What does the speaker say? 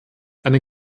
eine